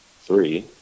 three